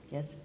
Yes